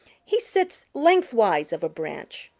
he sits lengthwise of a branch.